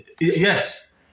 yes